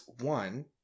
one